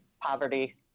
poverty